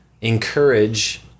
encourage